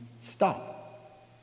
stop